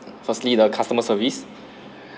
firstly the customer service